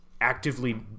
actively